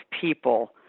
people